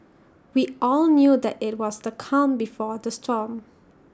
we all knew that IT was the calm before the storm